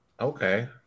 Okay